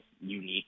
unique